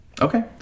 Okay